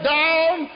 down